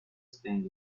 staying